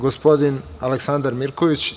Gospodin Aleksandar Mirković.